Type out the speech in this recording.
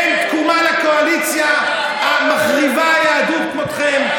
אין תקומה לקואליציה המחריבה יהדות כמותכם,